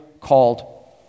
called